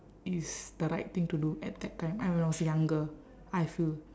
is the right thing to do at that time and when I was younger I feel